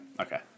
Okay